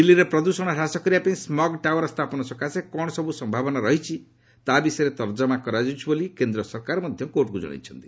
ଦିଲ୍ଲୀରେ ପ୍ରଦୃଷଣ ହ୍ରାସ କରିବାପାଇଁ ସ୍କଗ୍ ଟାୱାର୍ ସ୍ଥାପନ ସକାଶେ କ'ଣ ସବୁ ସମ୍ଭାବନା ରହିଛି ତାହା ବିଷୟରେ ତର୍କମା କରାଯାଉଛି ବୋଲି କେନ୍ଦ୍ର ସରକାର କୋର୍ଟଙ୍କୁ ଜଣାଇଛନ୍ତି